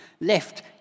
left